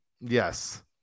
Yes